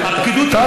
תודה.